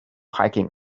hiking